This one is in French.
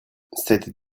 cette